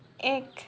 এক